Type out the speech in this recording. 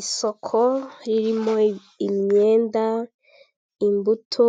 Isoko ririmo imyenda, imbuto,